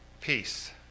peace